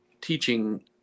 teaching